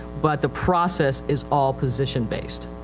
but the process is all position based.